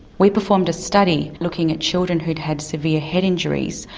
we performed a study looking at children who'd had severe head injuries,